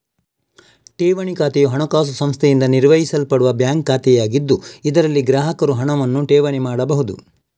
ಠೇವಣಿ ಖಾತೆಯು ಹಣಕಾಸು ಸಂಸ್ಥೆಯಿಂದ ನಿರ್ವಹಿಸಲ್ಪಡುವ ಬ್ಯಾಂಕ್ ಖಾತೆಯಾಗಿದ್ದು, ಇದರಲ್ಲಿ ಗ್ರಾಹಕರು ಹಣವನ್ನು ಠೇವಣಿ ಮಾಡಬಹುದು